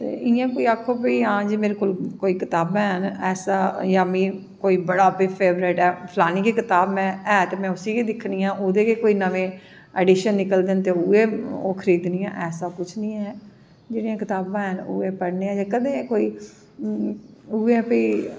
ते इयां कोई आक्खो मेरे कोल कताबां हैन ऐसा जां में कोई बड़ा अपनी फेवरट ऐ बड़ी गै परानीं कताब में है ते में उसी गै दिक्खनी आं में नमें अडीशन निकलदे न ते में उऐ खरीदनीं आं ऐसी कुश नी ऐ जेह्ड़ियां कताबां हैन ते उऐ पढ़नें आं ते कदैं कुतै उऐ फ्ही